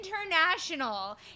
international